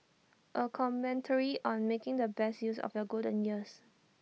A commentary on making the best use of the golden years